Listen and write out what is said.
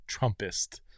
Trumpist